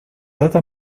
data